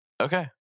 Okay